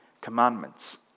Commandments